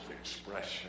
expression